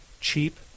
cheap